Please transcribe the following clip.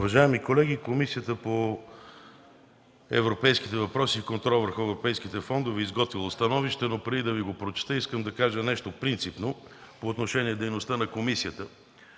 Уважаеми колеги, Комисията по европейските въпроси и контрол на европейските фондове е изготвила становище, но преди да ви го прочета искам да кажа нещо принципно по отношение дейността на комисията.